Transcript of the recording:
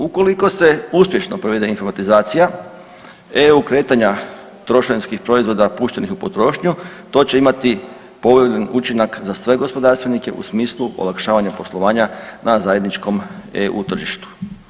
Ukoliko se uspješno provede informatizacija, EU kretanja trošarinskih proizvoda puštenih u potrošnju to će imati povoljan učinak za sve gospodarstvenike u smislu olakšavanja poslovanja na zajedničkom EU tržištu.